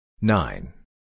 Nine